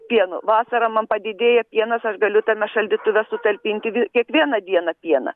pieno vasarą man padidėja pienas aš galiu tame šaldytuve sutalpinti ir kiekvieną dieną pieną